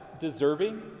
deserving